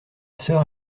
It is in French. sœur